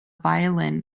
violin